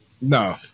No